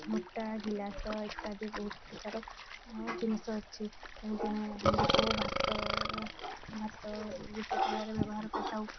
ନୋଟା ଗିଲାସ ଇତ୍ୟାଦି ବହୁତ ପ୍ରକାର ଜିନିଷ ଅଛି ଯେମିତି ଆମେ ହାଣ୍ଡିକୁ ଭାତ ଭାତ ସେଗୁଡ଼ାକ ବ୍ୟବହାର କରିଥାଉ